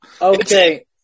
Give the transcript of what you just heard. Okay